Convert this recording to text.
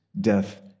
death